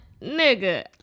Nigga